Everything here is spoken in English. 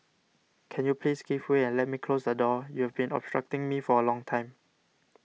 can you please give way and let me close the door you've been obstructing me for a long time